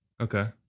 Okay